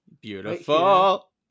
beautiful